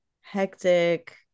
hectic